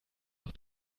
noch